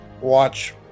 watch